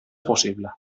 possible